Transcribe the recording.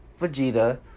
Vegeta